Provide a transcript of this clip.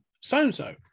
so-and-so